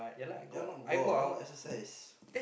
that one not exercise